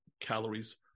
calories